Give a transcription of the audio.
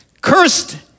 Cursed